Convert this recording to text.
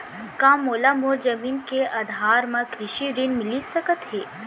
का मोला मोर जमीन के आधार म कृषि ऋण मिलिस सकत हे?